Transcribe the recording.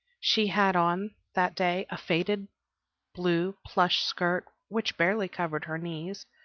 she had on, that day, a faded blue plush skirt, which barely covered her knees,